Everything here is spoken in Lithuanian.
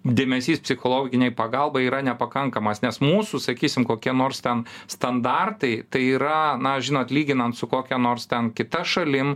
dėmesys psichologinei pagalbai yra nepakankamas nes mūsų sakysim kokie nors ten standartai tai yra na žinot lyginant su kokia nors ten kita šalim